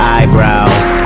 Eyebrows